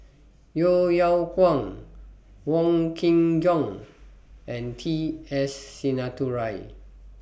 Yeo Yeow Kwang Wong Kin Jong and T S Sinnathuray